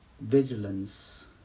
vigilance